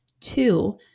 Two